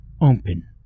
open